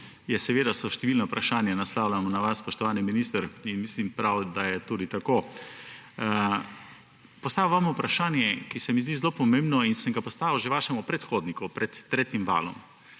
covida številna vprašanja naslavljamo na vas, spoštovani minister. Mislim, da je prav, da je tako. Postavil vam bom vprašanje, ki se mi zdi zelo pomembno in sem ga postavil že vašemu predhodniku pred tretjim valom.